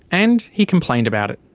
and he complained about it.